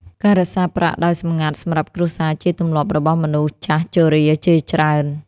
ការរក្សាប្រាក់ដោយសម្ងាត់សម្រាប់គ្រួសារជាទម្លាប់របស់មនុស្សចាស់ជរាជាច្រើន។